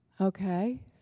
Okay